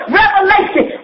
revelation